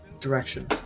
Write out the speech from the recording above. direction